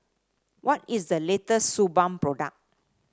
what is the latest Suu Balm product